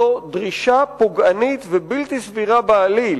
זו דרישה פוגענית ובלתי סבירה בעליל